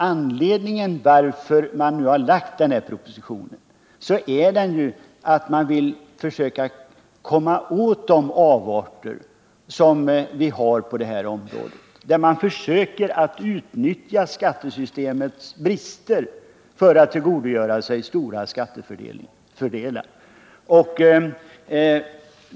Anledningen till att denna proposition har lagts fram är att man vill komma åt de avarter som förekommer på detta område, där man försöker utnyttja skattesystemets brister för att tillgodogöra sig stora skattefördelar.